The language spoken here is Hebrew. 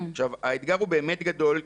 האתגר הוא באמת גדול,